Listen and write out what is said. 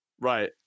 Right